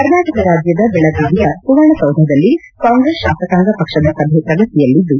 ಕರ್ನಾಟಕ ರಾಜ್ಯದ ಬೆಳಗಾವಿಯ ಸುವರ್ಣ ಸೌಧದಲ್ಲಿ ಕಾಂಗ್ರೆಸ್ ಶಾಸಕಾಂಗ ಪಕ್ಷದ ಸಭೆ ಪ್ರಗತಿಯಲ್ಲಿದ್ದು